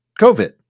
COVID